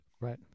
right